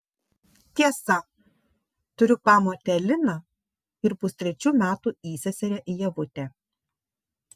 tiesa turiu pamotę liną ir pustrečių metų įseserę ievutę